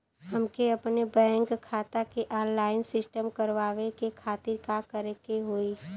हमके अपने बैंक खाता के ऑनलाइन सिस्टम करवावे के खातिर का करे के होई?